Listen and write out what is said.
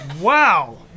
wow